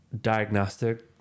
diagnostic